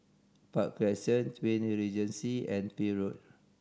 Park Crescent Twin Regency and Peel Road